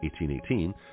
1818